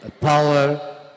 power